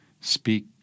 speak